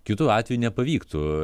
kitu atveju nepavyktų